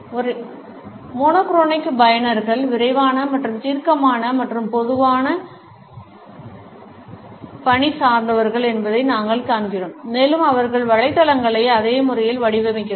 ஒரே வண்ணமுடைய பயனர்கள் விரைவான மற்றும் தீர்க்கமான மற்றும் பொதுவாக பணி சார்ந்தவர்கள் என்பதை நாங்கள் காண்கிறோம் மேலும் அவர்கள் வலைத்தளங்களை அதே முறையில் வடிவமைக்கிறார்கள்